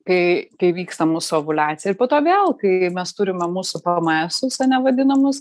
kai kai vyksta mūsų ovuliacija ir po to vėl kai mes turime mūsų pėmėesus ane vadinamus